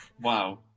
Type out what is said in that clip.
wow